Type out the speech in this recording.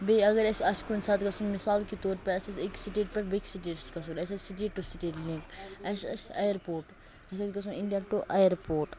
بیٚیہِ اَگَر اَسہِ آسہِ کُنہِ ساتہٕ گَژھُن مِثال کے طور پَر اَسہِ آسہِ اَکہِ سٹیٹہٕ پیٚٹھٕ بیٚیِس سٹیٹَس گَژھُن اَسہِ آسہِ سٹیٹ ٹُو سٹیٹ لِنٛک اَسہِ آسہِ اَیَرپوٹ اَسہِ آسہِ گَژھُن اِنٛڈیا ٹُو اَیَرپوٹ